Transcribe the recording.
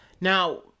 now